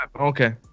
Okay